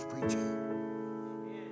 preaching